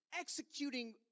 executing